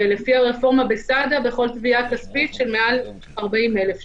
ולפי הרפורמה בסד"א בכל תביעה כספית של מעל 40,000 ש"ח.